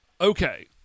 Okay